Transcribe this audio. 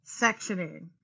sectioning